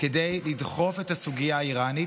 כדי לדחוף את הסוגיה האיראנית.